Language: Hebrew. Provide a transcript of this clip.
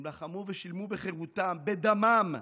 הם לחמו ושילמו בחירותם, בדמם,